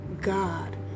God